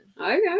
Okay